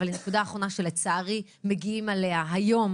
אבל היא נקודה אחרונה שלצערי מגיעים אליה היום